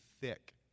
thick